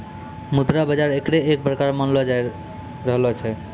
मुद्रा बाजार एकरे एक प्रकार मानलो जाय रहलो छै